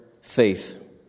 faith